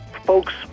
Folks